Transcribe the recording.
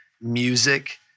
Music